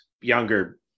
younger